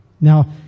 Now